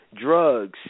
drugs